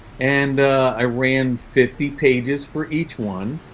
and i ran fifty pages for each one